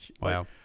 wow